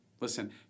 Listen